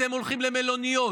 אתם הולכים למלוניות,